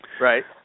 Right